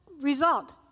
result